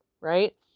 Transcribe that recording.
right